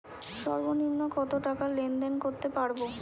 সর্বনিম্ন কত টাকা লেনদেন করতে পারবো?